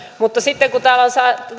mutta sitten kun täällä on